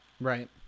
Right